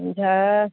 हुन्छ